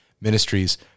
ministries